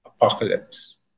apocalypse